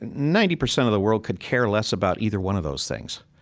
ninety percent of the world could care less about either one of those things.